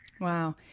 Wow